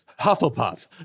Hufflepuff